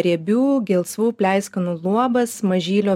riebių gelsvų pleiskanų luobas mažylio